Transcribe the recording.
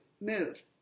move